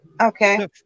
Okay